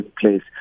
place